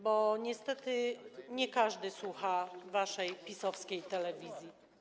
Bo, niestety, nie każdy słucha waszej, PiS-owskiej telewizji.